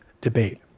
debate